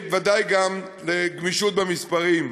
ובוודאי גם בגמישות במספרים.